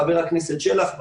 חבר הכנסת שלח,